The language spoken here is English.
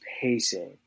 pacing